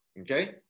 okay